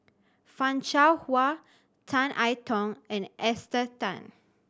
Fan Shao Hua Tan I Tong and Esther Tan